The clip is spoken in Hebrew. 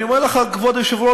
אני אומר לך, כבוד היושב-ראש,